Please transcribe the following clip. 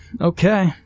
okay